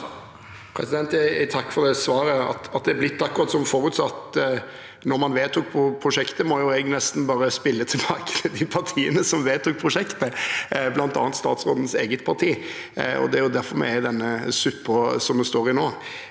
Jeg takker for svaret. At det er blitt akkurat som forutsatt da man vedtok prosjektet, må jeg nesten bare spille tilbake til de partiene som vedtok prosjektet, bl.a. statsrådens eget parti – og det er jo derfor vi er i den suppen som vi står i nå.